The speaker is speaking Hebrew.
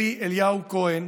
אלי אליהו כהן,